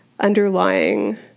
underlying